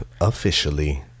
officially